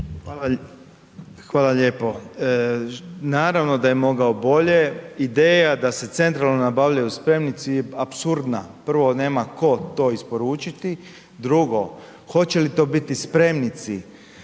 Hvala lijepo. Naravno da je mogao bolje, ideja da se centralno nabavljaju spremnici je apsurdna, prva nema tko to isporučiti, drugo hoće li to biti spremnici